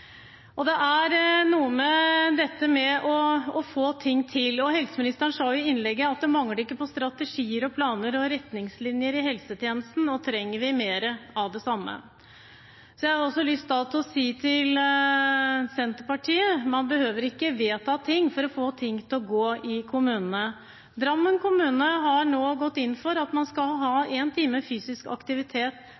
Det er noe med dette med å få ting til. Helseministeren sa i innlegget at det mangler ikke på strategier, planer og retningslinjer i helsetjenesten, og trenger vi mer av det samme? Jeg har lyst til å si til Senterpartiet: Man behøver ikke vedta ting for å få ting til å gå i kommunene. Drammen kommune har nå gått inn for at man skal ha